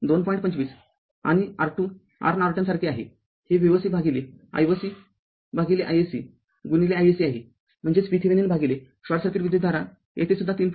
२५ आणि R R२ R Norton सारखेच आहे हे Voc भागिले i o ci s c iSC आहेम्हणजेच VThevenin भागिले शॉर्ट सर्किट विद्युतधारा येथे सुद्धा ३